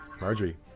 Marjorie